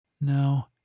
No